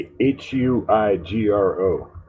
H-U-I-G-R-O